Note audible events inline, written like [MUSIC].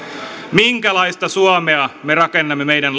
minkälaista suomea me rakennamme meidän [UNINTELLIGIBLE]